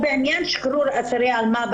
בעניין שחרור עצירי אלימות,